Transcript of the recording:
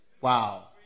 wow